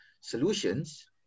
solutions